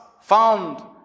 found